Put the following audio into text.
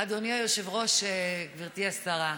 אדוני היושב-ראש, גברתי השרה,